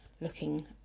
looking